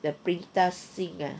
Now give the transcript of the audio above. the pritam singh ah